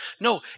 No